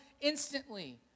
instantly